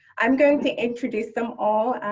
i'm going to introduce them all.